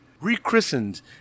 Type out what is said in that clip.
rechristened